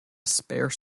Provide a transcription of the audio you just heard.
spare